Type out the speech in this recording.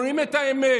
אומרים את האמת,